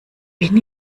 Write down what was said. bin